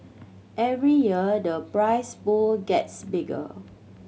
every year the prize pool gets bigger